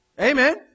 Amen